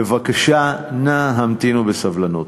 בבקשה, נא המתינו בסבלנות.